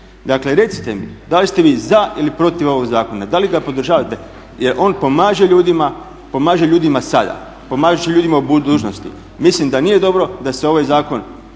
Dakle recite mi, da li ste vi za ili protiv ovog zakona, da li ga podržavate jel on pomaže ljudima sada, pomaže ljudima u budućnosti. Mislim da nije dobro da se ovaj zakon